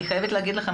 אני חייבת לומר לכם,